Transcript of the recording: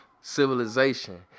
civilization